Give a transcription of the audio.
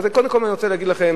אז קודם כול, אני רוצה להגיד לכם,